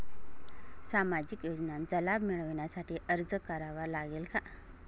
सामाजिक योजनांचा लाभ मिळविण्यासाठी अर्ज करावा लागेल का?